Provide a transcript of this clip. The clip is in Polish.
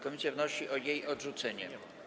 Komisja wnosi o jej odrzucenie.